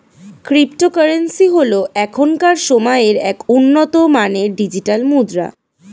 cryptocurrency হল এখনকার সময়ের এক উন্নত মানের ডিজিটাল মুদ্রা